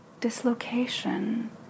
dislocation